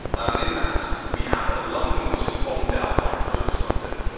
um and in that we have a london which is bombed out like blitz london,